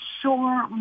sure